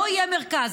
לא יהיה מרכז.